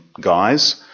guys